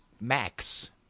Max